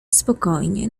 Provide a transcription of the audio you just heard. spokojnie